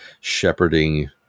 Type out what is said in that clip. shepherding